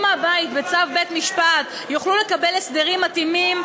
מהבית בצו בית-משפט יוכלו לקבל הסדרים מתאימים,